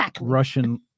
russian